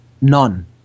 None